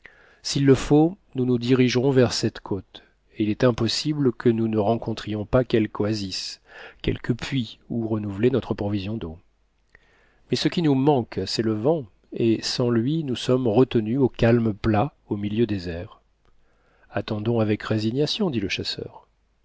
s'il le faut nous nous dirigerons vers cette côte et il est impossible que nous ne rencontrions pas quelque oasis quelque puits où renouveler notre provision d'eau mais ce qui nous manque c'est le vent et sans lui nous sommes retenus en calme plat au milieu des airs attendons avec résignation dit le chasseur